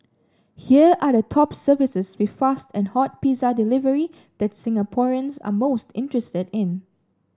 here are the top services with fast and hot pizza delivery that Singaporeans are most interested in